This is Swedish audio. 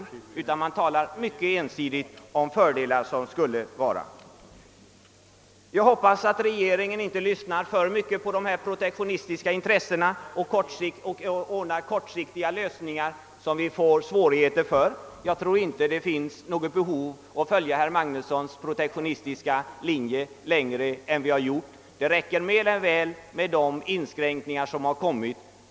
I stället talar man ensidigt om fördelar som skulle uppstå. Jag hoppas att regeringen inte lyssnar för mycket på dessa protektionistiska intressen och åstadkommer kortsiktiga lösningar som vållar nya svårigheter. Det finns inte något behov av att följa herr Magnussons protektionistiska linje längre än man har gjort. Det räcker mer än väl med de inskränkningar som har vidtagits.